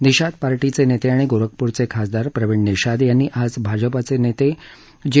निषाद party नेते आणि गोरखपूरचे खासदार प्रवीण निषाद यांनी आज भाजपानेते जे